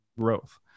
growth